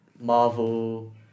Marvel